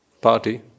Party